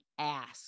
ask